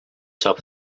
top